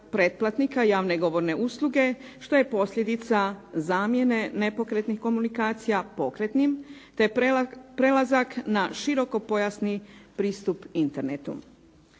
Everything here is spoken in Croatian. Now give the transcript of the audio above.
pretplatnika javne i govorne usluge što je posljedica zamjene nepokretnih komunikacija pokretnim te prelazak na širokopojasni pristup Internetu.